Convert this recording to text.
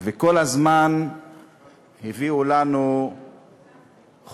וכל הזמן הביאו לנו חוקים